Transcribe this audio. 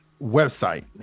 website